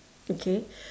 okay